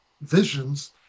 Visions